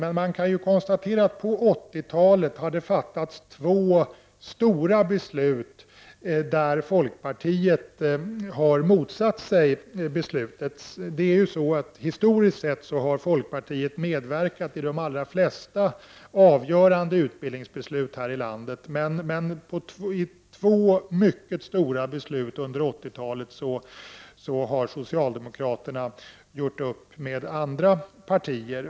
Men man kan konstatera att det under 1980-talet har fattats två stora beslut som folkpartiet har motsatt sig. Historiskt sett har folkpartiet medverkat till de allra flesta avgörande utbildningsbeslut som fattats här i landet. Men när det gäller de två mycket stora beslut som fattats under 1980-talet har socialdemokraterna gjort upp med andra partier.